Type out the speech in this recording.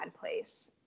place